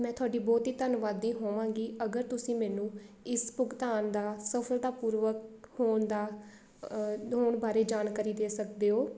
ਮੈਂ ਤੁਹਾਡੀ ਬਹੁਤ ਹੀ ਧੰਨਵਾਦੀ ਹੋਵਾਂਗੀ ਅਗਰ ਤੁਸੀਂ ਮੈਨੂੰ ਇਸ ਭੁਗਤਾਨ ਦਾ ਸਫ਼ਲਤਾਪੂਰਵਕ ਹੋਣ ਦਾ ਹੋਣ ਬਾਰੇ ਜਾਣਕਾਰੀ ਦੇ ਸਕਦੇ ਹੋ